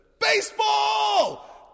Baseball